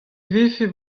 vefe